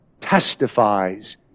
testifies